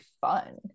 fun